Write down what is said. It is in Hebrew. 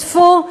טפו,